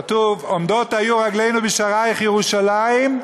כתוב: "עֹמדות היו רגלינו בשעריך ירושלִם"